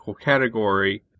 category